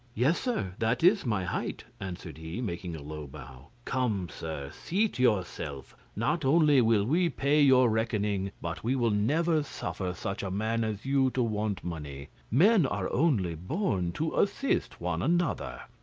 yes, sir, that is my height, answered he, making a low bow. come, sir, seat yourself not only will we pay your reckoning, but we will never suffer such a man as you to want money men are only born to assist one another.